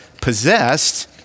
possessed